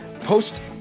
post